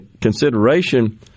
consideration